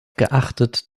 geachtet